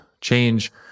change